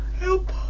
help